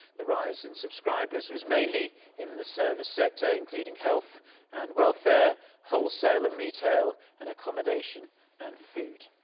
the rise in subscribers was mainly in the service sector, including health and welfare, wholesale and retail, and accommodation and food.